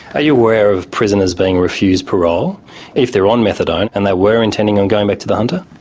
are you aware of prisoners being refused parole if they're on methadone and they were intending on going back to the hunter?